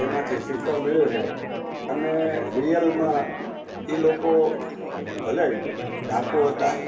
એમાંથી શીખવા મળ્યું છે અને રિયલમાં એ લોકો ભલે ડાકુ હતા